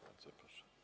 Bardzo proszę.